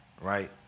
right